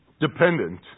Dependent